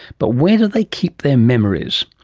but where do they keep their memories?